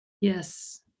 Yes